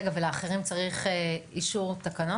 רגע, ולאחרים צריך אישור תקנות?